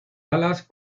alas